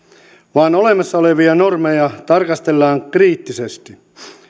vaan olemassa olevia normeja tarkastellaan kriittisesti